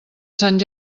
sant